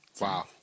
Wow